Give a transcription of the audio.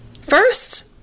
First